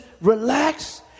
relax